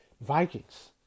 Vikings